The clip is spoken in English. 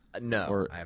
no